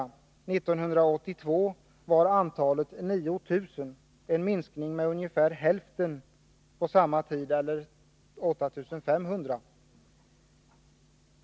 År 1982 var antalet 9 000, en minskning med ungefär hälften på ett år, eller 8 500.